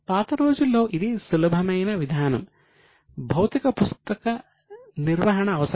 పాత రోజుల్లో ఇదే సులభమైన విధానం భౌతిక పుస్తక నిర్వహణ అవసరం